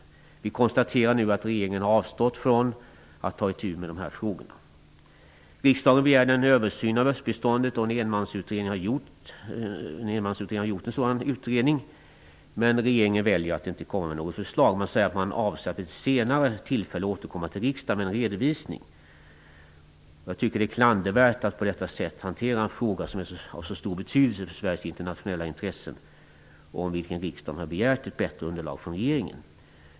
Vi konstaterar nu att regeringen har avstått från att ta itu med de frågorna. Riksdagen begärde en översyn av östbiståndet, och en enmansutredning har gjort en sådan utredning. Men regeringen väljer att inte komma med något förslag. Man säger att man avser att vid ett senare tillfälle återkomma till riksdagen med en redovisning. Jag tycker att det är klandervärt att hantera en fråga som är av så stor betydelse för Sveriges internationella intressen på detta sätt. Riksdagen har dessutom begärt ett bättre underlag från regeringen.